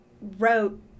wrote